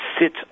sit